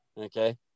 Okay